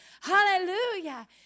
hallelujah